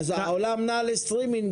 העולם נע לסטרימינג.